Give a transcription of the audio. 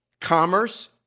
Commerce